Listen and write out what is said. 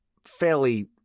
fairly